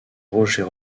roger